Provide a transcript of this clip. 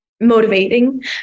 motivating